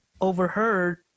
overheard